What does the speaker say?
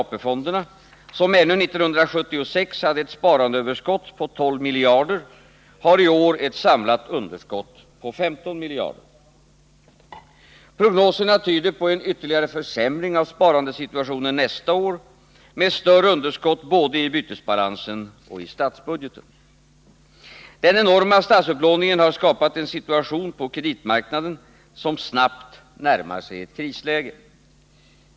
AP-fonderna, som ännu 1976 hade ett sparandeöverskott på 12 miljarder, har iår ett samlat underskott på 15 miljarder. Prognoserna tyder på en ytterligare försämring av sparandesituationen nästa år, med större underskott både i bytesbalansen och i statsbudgeten. Den enorma statsupplåningen har skapat en situation på kreditmarknaden som snabbt närmar sig ett krisläge.